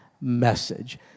message